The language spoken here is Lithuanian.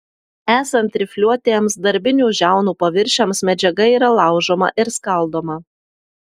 esant rifliuotiems darbinių žiaunų paviršiams medžiaga yra laužoma ir skaldoma